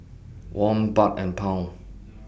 Won Baht and Pound